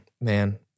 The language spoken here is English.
man